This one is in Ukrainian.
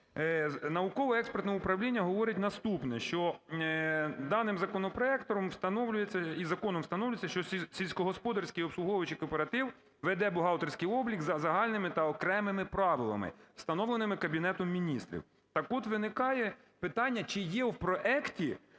Науково-експертне управління говорить наступне, що даним законопроектом встановлюється… і законом встановлюється, що сільськогосподарський обслуговуючий кооператив веде бухгалтерський облік за загальними та окремими правилами, встановленими Кабінетом Міністрів. Так от, виникає питання, чи є в проекті,